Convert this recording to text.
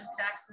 tax